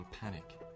panic